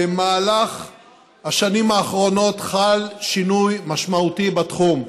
במהלך השנים האחרונות חל שינוי משמעותי בתחום.